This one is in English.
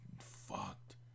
fucked